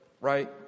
right